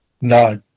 No